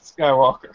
Skywalker